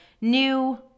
new